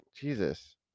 Jesus